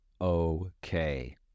okay